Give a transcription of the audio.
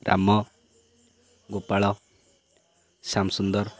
Ram Gopal Shyamsundar